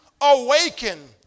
awaken